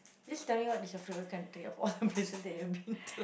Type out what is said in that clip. just tell me what is your favourite country of all places that you have been to